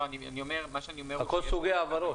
מה שאני אומר --- כל סוגי ההעברות.